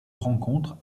rencontre